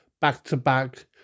back-to-back